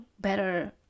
better